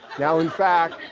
now, in fact,